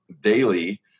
Daily